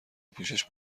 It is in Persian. پوشش